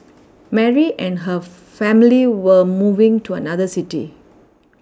Mary and her family were moving to another city